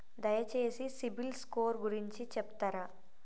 దయచేసి సిబిల్ స్కోర్ గురించి చెప్తరా?